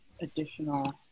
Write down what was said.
additional